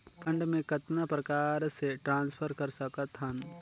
Fund मे कतना प्रकार से ट्रांसफर कर सकत हन?